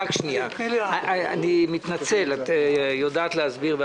אני מתנצל, את יודעת להסביר.